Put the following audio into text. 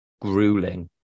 grueling